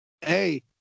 Hey